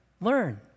learn